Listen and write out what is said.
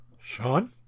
sean